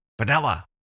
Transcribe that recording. vanilla